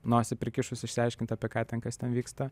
nosį prikišus išsiaiškint apie ką ten kas ten vyksta